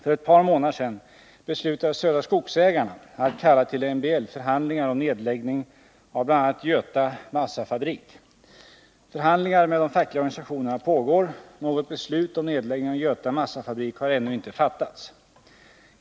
För ett par månader sedan beslutade Södra Skogsägarna AB att kalla till MBL-förhandlingar om nedläggning av bl.a. Göta massafabrik. Förhandlingar med de fackliga organisationerna pågår. Något beslut om nedläggning av Göta massafabrik har ännu inte fattats.